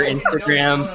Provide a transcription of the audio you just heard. Instagram